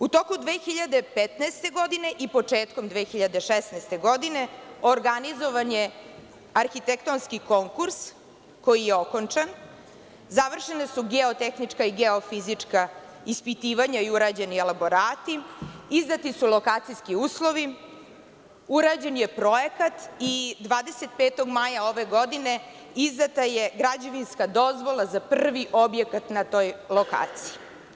U toku 2015. godine i početkom 2016. godine organizovan je arhitektonski konkurs koji je okončan, završena su geotehnička i geofizička ispitivanja i urađeni elaborati, izdati su lokacijski uslovi, urađen je projekat i 25. maja ove godine izdata je građevinska dozvola za prvi objekat na toj lokaciji.